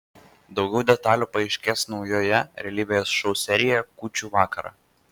daugiau detalių paaiškės naujoje realybės šou serijoje kūčių vakarą